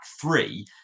three